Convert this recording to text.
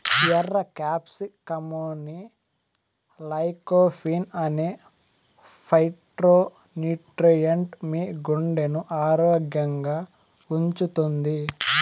ఎర్ర క్యాప్సికమ్లోని లైకోపీన్ అనే ఫైటోన్యూట్రియెంట్ మీ గుండెను ఆరోగ్యంగా ఉంచుతుంది